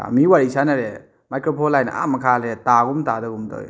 ꯃꯤ ꯋꯥꯔꯤ ꯁꯥꯟꯅꯔꯦ ꯃꯥꯏꯀ꯭ꯔꯐꯣꯟ ꯍꯥꯏꯅ ꯑꯥ ꯃꯈꯥ ꯂꯩꯔꯦ ꯇꯥꯒꯨꯝ ꯇꯥꯗꯒꯨꯝ ꯇꯧꯏ